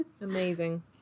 Amazing